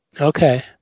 Okay